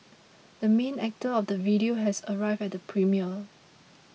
the main actor of the video has arrived at the premiere